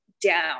down